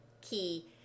key